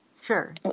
Sure